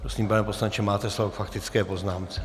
Prosím, pane poslanče, máte slovo k faktické poznámce.